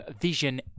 vision